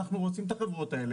אנחנו רוצים את החברות האלה.